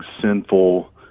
sinful